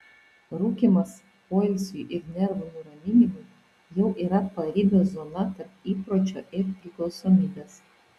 rūkymas poilsiui ir nervų nuraminimui jau yra paribio zona tarp įpročio ir priklausomybės